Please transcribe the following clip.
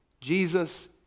Jesus